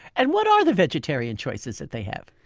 and what are the vegetarian choices that they have?